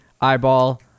eyeball